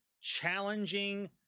challenging